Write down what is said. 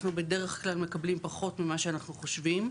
אנחנו בדרך כלל מקבלים פחות ממה שאנחנו חושבים.